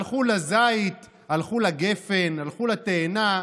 הלכו לזית, הלכו לגפן, הלכו לתאנה,